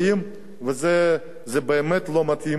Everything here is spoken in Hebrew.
וזה באמת לא מתאים לנו.